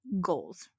goals